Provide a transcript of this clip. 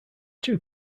two